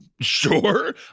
Sure